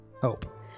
hope